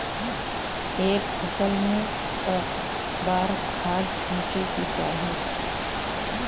एक फसल में क बार खाद फेके के चाही?